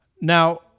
Now